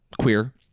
queer